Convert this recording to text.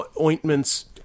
ointments